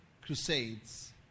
crusades